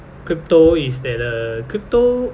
crypto is that uh crypto